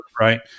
Right